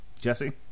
Jesse